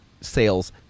sales